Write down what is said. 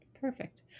Perfect